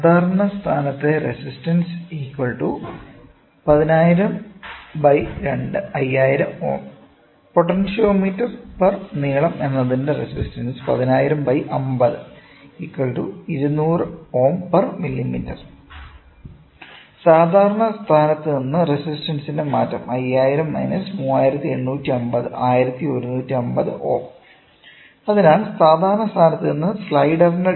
സാധാരണ സ്ഥാനത്തെ resistance 1000025000 Ω potentiometer നീളം എന്നതിന്റെ റെസിസ്റ്റൻസ് 1000050200 Ωmm സാധാരണ സ്ഥാനത്ത് നിന്ന് റെസിസ്റ്റൻസ്ന്റെ മാറ്റം 5000-3850 1150 Ω അതിനാൽ സാധാരണ സ്ഥാനത്ത് നിന്ന് സ്ലൈഡറിന്റെ 2